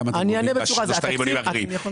כמה אתה גובים בשלושת הרבעונים האחרים.